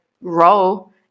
role